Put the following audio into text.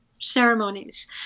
ceremonies